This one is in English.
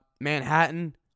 Manhattan